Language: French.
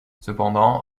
cependant